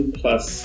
plus